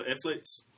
athletes